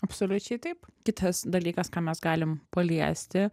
absoliučiai taip kitas dalykas ką mes galim paliesti